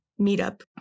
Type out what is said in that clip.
meetup